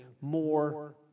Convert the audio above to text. more